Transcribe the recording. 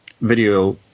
video